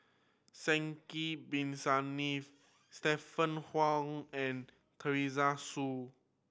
Sidek Bin Saniff Stephanie Wong and Teresa Hsu